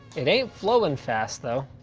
it ain't flowin' fast though.